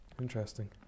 interesting